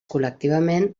col·lectivament